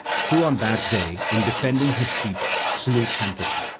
who on that day in defending his sheep slew canthus.